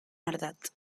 ardatz